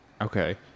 Okay